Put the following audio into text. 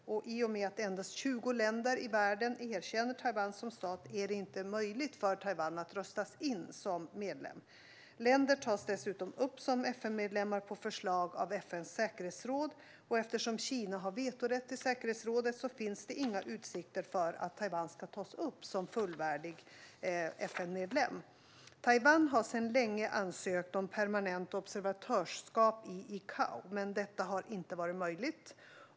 I och med att endast 20 länder i världen erkänner Taiwan som stat är det inte möjligt för Taiwan att röstas in som medlem. Länder tas dessutom upp som FN-medlemmar på förslag av FN:s säkerhetsråd. Eftersom Kina har vetorätt i säkerhetsrådet finns det inga utsikter för att Taiwan ska tas upp som fullvärdig FN-medlem. Taiwan har sedan länge ansökt om permanent observatörskap i ICAO, men detta har inte varit möjligt.